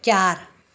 चारि